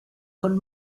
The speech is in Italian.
con